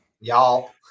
Y'all